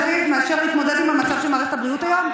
אביב מאשר להתמודד עם המצב של מערכת הבריאות היום?